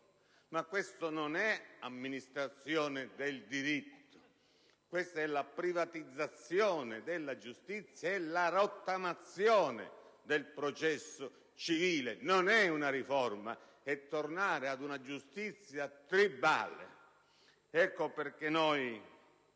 Ma questa non è amministrazione del diritto: questa è la privatizzazione della giustizia e la rottamazione del processo civile. Non è una riforma: è tornare ad una giustizia tribale! Per questo, noi